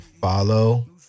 Follow